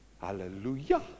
Hallelujah